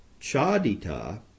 Chadita